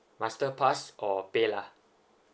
masterpass or paylah